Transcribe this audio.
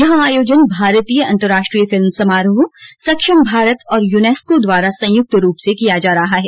यह आयोजन भारतीय अंतर्राष्ट्रीय फिल्म समारोह सक्षम भारत और युनेस्को द्वारा संयुक्त रूप से किया जा रहा है